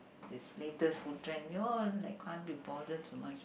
this latest food trend we all like can't be bother so much